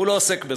הוא לא עוסק בזה.